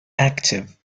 active